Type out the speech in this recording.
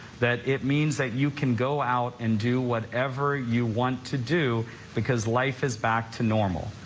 that it means that you can go out and do whatever you want to do because life is back to normal.